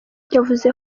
yavuze